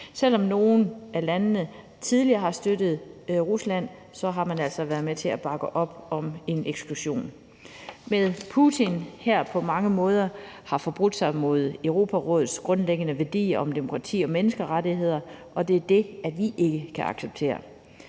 Selv om nogle af landene tidligere har støttet Rusland, har man altså været med til at bakke op om en eksklusion. Putin har på mange måder forbrudt sig mod Europarådets grundlæggende værdier om demokrati og menneskerettigheder, og det er det, vi ikke kan acceptere.